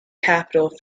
capital